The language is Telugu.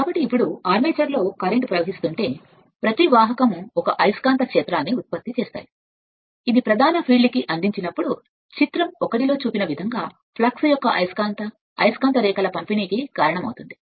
కాబట్టి ఇప్పుడు అలా అయితే ఆర్మేచర్ కరెంట్ తీసుకుంటే ప్రతి వాహకం ఒక అయస్కాంత క్షేత్రాన్ని ఉత్పత్తి చేస్తాయి ఇది ప్రధాన మైదానంలో అతిశయోక్తి అయినప్పుడు చిత్రం ఒకటిలో చూపిన విధంగా ఫ్లక్స్ యొక్క అయస్కాంత అయస్కాంత రేఖల పంపిణీకి కారణమవుతుంది